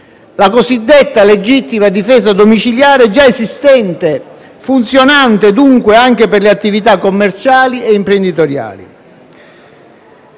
la cosiddetta legittima difesa domiciliare già esistente funzionante, dunque, anche per le attività commerciali e imprenditoriali.